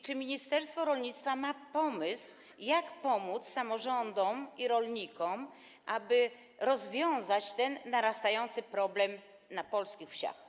Czy ministerstwo rolnictwa ma pomysł, jak pomóc samorządom i rolnikom, aby rozwiązać ten narastający problem polskich wsi?